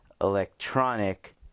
electronic